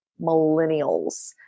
millennials